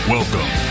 Welcome